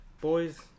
Boys